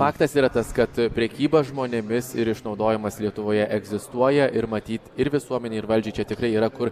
faktas yra tas kad prekyba žmonėmis ir išnaudojimas lietuvoje egzistuoja ir matyt ir visuomenei ir valdžiai čia tikrai yra kur